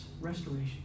restoration